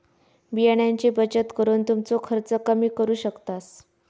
बियाण्यांची बचत करून तुमचो खर्च कमी करू शकतास